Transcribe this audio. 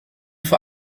vor